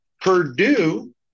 Purdue